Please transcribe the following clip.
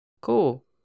Cool